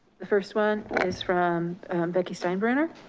the first one is from becky steinbrenner,